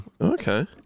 Okay